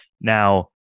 Now